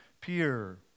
peer